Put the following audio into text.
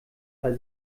weil